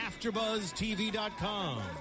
AfterBuzzTV.com